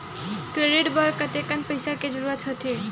Credit बर कतेकन पईसा के जरूरत होथे?